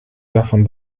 davon